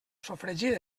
sofregit